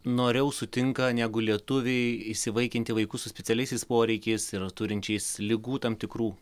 noriau sutinka negu lietuviai įsivaikinti vaikus su specialiaisiais poreikiais ir turinčiais ligų tam tikrų